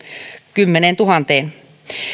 kymmeneentuhanteen